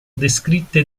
descritte